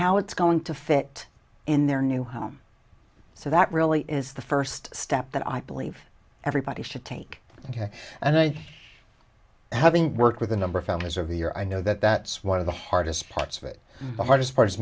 how it's going to fit in their new home so that really is the first step that i believe everybody should take ok and i having worked with a number of families of the year i know that that's one of the hardest parts of it the hardest part is